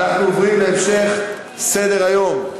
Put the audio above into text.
אנחנו עוברים להמשך סדר-היום: